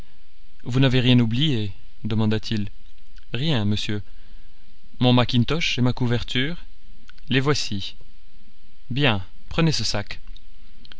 vous n'avez rien oublié demanda-t-il rien monsieur mon mackintosh et ma couverture les voici bien prenez ce sac